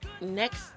next